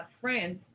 friends